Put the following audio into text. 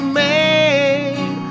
made